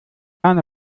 keine